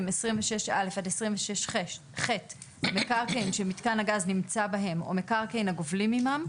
26(א) עד 26(ח) מקרקעין שמתקן הגז נמצא בהם או מקרקעין הגובלים עמם,